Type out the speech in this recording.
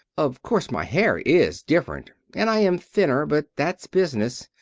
of course my hair is different and i am thinner, but that's business.